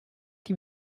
die